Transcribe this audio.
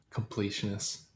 completionist